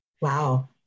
Wow